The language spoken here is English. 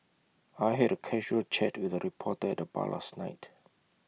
I had A casual chat with A reporter at the bar last night